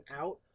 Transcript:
out